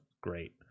Great